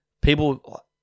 People